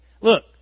Look